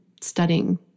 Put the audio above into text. studying